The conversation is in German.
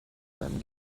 seinem